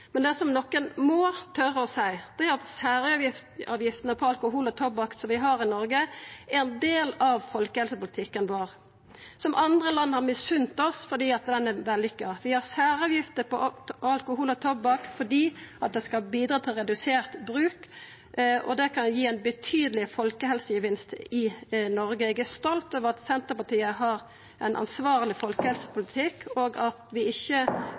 Men det som nokon må tora å seia, er at særavgiftene på alkohol og tobakk som vi har i Noreg, er ein del av folkehelsepolitikken vår som andre land har misunnt oss fordi han er vellykka. Vi har særavgifter på alkohol og tobakk fordi det skal bidra til redusert bruk, og det kan gi ein betydeleg folkehelsegevinst i Noreg. Eg er stolt av at Senterpartiet har ein ansvarleg folkehelsepolitikk, og at vi ikkje